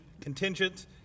contingent